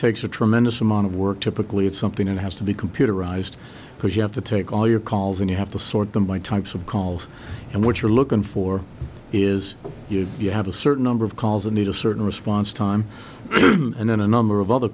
takes a tremendous amount of work typically it's something that has to be computerized because you have to take all your calls and you have to sort them by types of calls and what you're looking for is if you have a certain number of calls that need a certain response time and then a number of other